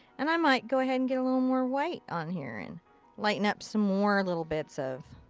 and i might go ahead and get a little more white on here and lighten up some more little bits of.